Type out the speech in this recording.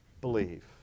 believe